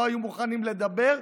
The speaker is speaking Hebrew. לא היו מוכנים לדבר,